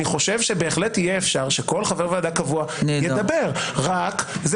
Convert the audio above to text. אני חושב שאפשר יהיה שכל חבר ועדה קבוע ידבר רק זה